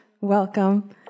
Welcome